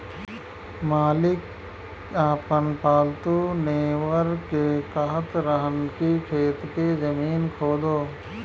मालिक आपन पालतु नेओर के कहत रहन की खेत के जमीन खोदो